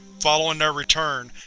following their return,